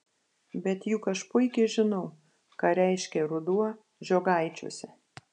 bet juk aš puikiai žinau ką reiškia ruduo žiogaičiuose